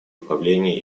управлении